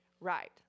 Right